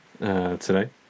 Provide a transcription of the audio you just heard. today